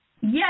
Yes